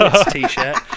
T-shirt